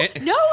no